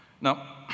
Now